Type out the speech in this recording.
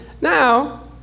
now